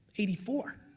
eighty four,